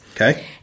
Okay